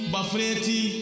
Bafreti